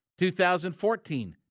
2014